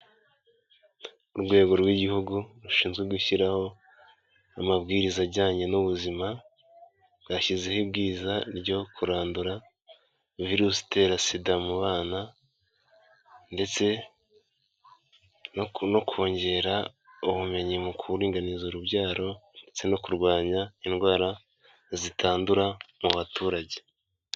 Urwego rw'igihugu rushinzwe gushyiraho amabwiriza ajyanye n'ubuzima, bwashyizeho ibwiriza ryo kurandura virusi itera Sida mu bana ndetse no kongera ubumenyi mu kuringaniza urubyaro ndetse no kurwanya indwara zitandura mu baturage.